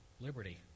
Liberty